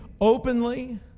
openly